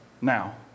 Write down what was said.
now